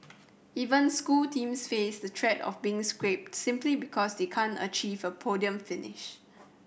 even school teams face the threat of being scrapped simply because they can't achieve a podium finish